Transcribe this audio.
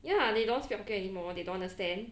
ya they don't speak hokkien anymore they don't understand